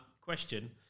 question